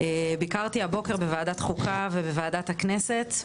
ביקרתי הבוקר בוועדת חוקה ובוועדת הכנסת,